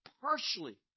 partially